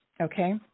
okay